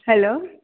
hello